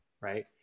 right